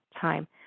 time